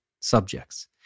subjects